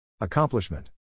Accomplishment